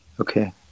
okay